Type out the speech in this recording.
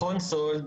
מכון סאלד,